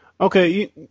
Okay